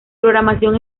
programación